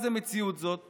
איזו מציאות זו,